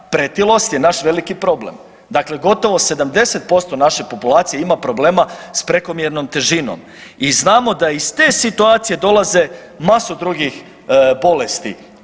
Pretilost je naš veliki problem, dakle gotovo 70% naše populacije ima problema s prekomjernom težinom i znamo da iz te situacije dolaze masu drugih bolesti.